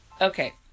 Okay